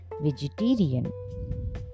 vegetarian